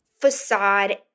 facade